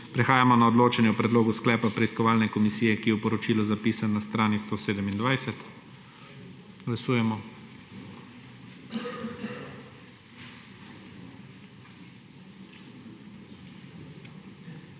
Prehajamo na odločanje o predlogu sklepa preiskovalne komisije, ki je na strani 127. Glasujemo.